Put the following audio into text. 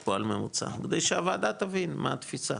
פה על ממוצע כדי שהוועדה תבין מה התפיסה,